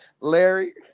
Larry